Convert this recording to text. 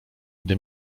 gdy